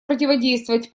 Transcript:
противодействовать